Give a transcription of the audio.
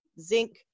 zinc